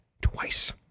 twice